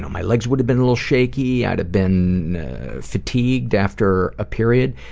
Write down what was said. my legs would have been a little shaky, i'd have been fatigued after a period,